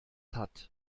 hat